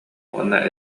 уонна